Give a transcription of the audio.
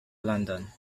london